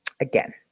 again